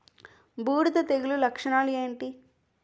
బూడిద తెగుల లక్షణాలు ఏంటి?